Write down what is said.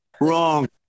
Wrong